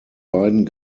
beiden